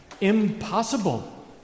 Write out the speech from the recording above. impossible